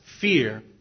fear